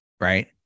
right